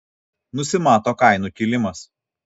nusimato kainų kilimas